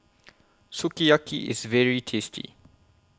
Sukiyaki IS very tasty